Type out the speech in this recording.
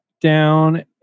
down